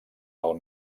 del